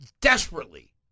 desperately